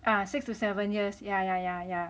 ah six to seven years yeah yeah yeah yeah